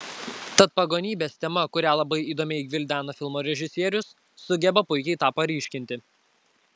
tad pagonybės tema kurią labai įdomiai gvildena filmo režisierius sugeba puikiai tą paryškinti